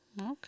Okay